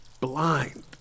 Blind